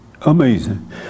amazing